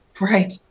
Right